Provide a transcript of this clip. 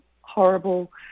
horrible